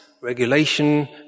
regulation